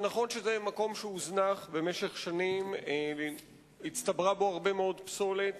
נכון שזה מקום שהוזנח במשך שנים והצטברה בו הרבה מאוד פסולת.